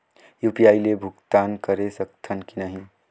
UPI ले भुगतान करे सकथन कि नहीं?